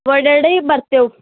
ಓಡಾಡಿ ಬರ್ತೇವೆ